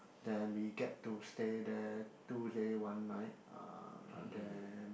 then we get to stay there two day one night uh then